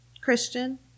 Christian